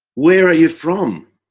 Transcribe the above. where are you from?